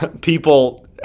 people